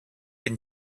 been